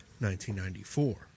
1994